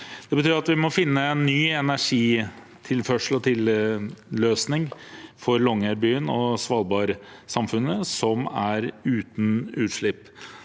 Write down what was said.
Det betyr at vi må finne en ny energitilførselsløsning for Longyearbyen og svalbardsamfunnet som er uten utslipp.